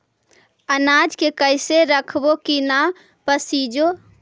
अनाज के कैसे रखबै कि न पसिजै?